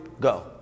go